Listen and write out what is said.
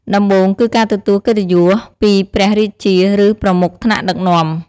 ដំបូងគឺការទទួលកិត្តិយសពីព្រះរាជា ឬ ប្រមុខថ្នាក់ដឹកនាំ។